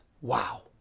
Wow